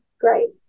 great